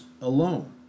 alone